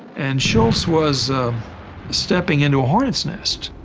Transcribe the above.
and shultz was stepping into a hornet's nest.